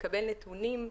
לקבל נתונים,